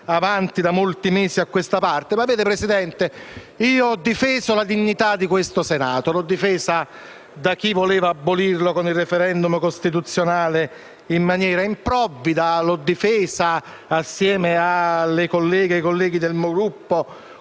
avanti da molti mesi a questa parte. Signor Presidente, io ho difeso la dignità di questo Senato da chi voleva abolirlo con il *referendum* costituzionale in maniera improvvida. E l'ho difesa assieme alle colleghe e ai colleghi del mio Gruppo